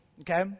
Okay